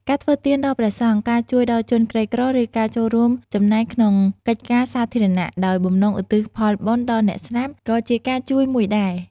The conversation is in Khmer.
ការធ្វើទានដល់ព្រះសង្ឃ ការជួយដល់ជនក្រីក្រ ឬការចូលរួមចំណែកក្នុងកិច្ចការសាធារណៈដោយបំណងឧទ្ទិសផលបុណ្យដល់អ្នកស្លាប់ ក៏ជាការជួយមួយដែរ។